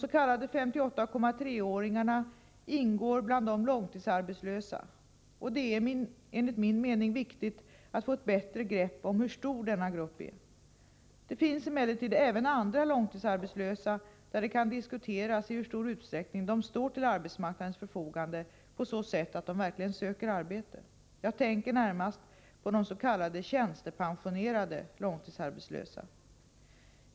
58,3-åringarna ingår bland de långtidsarbetslösa, och det är enligt min mening viktigt att få ett bättre grepp om hur stor denna grupp är. Det finns emellertid även andra långtidsarbetslösa beträffande vilka det kan diskuteras i hur stor utsträckning de står till arbetsmarknadens förfogande på så sätt att de verkligen söker arbete. Jag tänker närmast på de s.k. tjänstepensionerade långtidsarbetslösa.